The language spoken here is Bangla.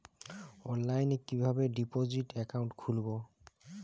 অনলাইনে কিভাবে ডিপোজিট অ্যাকাউন্ট খুলবো?